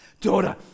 daughter